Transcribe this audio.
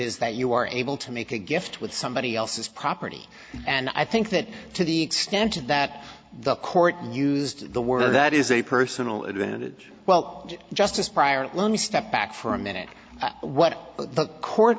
is that you are able to make a gift with somebody else's property and i think that to the extent that the court used the word that is a personal advantage well justice prior to step back for a minute what the court